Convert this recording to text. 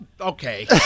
Okay